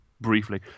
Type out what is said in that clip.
briefly